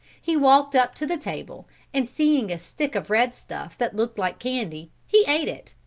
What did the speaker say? he walked up to the table and seeing a stick of red stuff that looked like candy, he ate it,